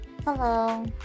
Hello